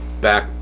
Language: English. back